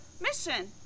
mission